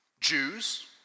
Jews